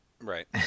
right